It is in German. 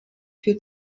für